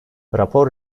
rapor